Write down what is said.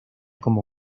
como